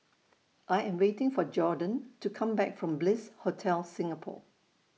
I Am waiting For Jorden to Come Back from Bliss Hotel Singapore